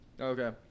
Okay